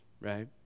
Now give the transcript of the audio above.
right